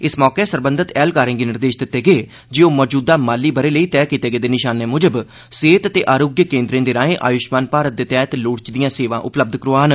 इस मौके सरबंधत ऐह्लकारें गी निर्देष दित्ते गे जे ओह् मौजूदा माली ब'रे लेई तैय कीते गेदे निषानें मुजब सेहत ते आरोग्य केन्द्रें दे राएं आयुश्मान भारत दे तैहत लोड़चदिआं सेवां उपलब्ध करोआन